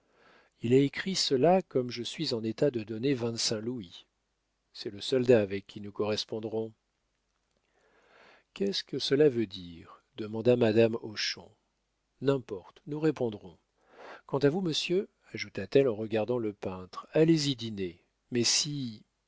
il a écrit cela comme je suis en état de donner vingt-cinq louis c'est le soldat avec qui nous correspondrons qu'est-ce que cela veut dire demanda madame hochon n'importe nous répondrons quant à vous monsieur ajouta-t-elle en regardant le peintre allez-y dîner mais si